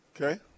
Okay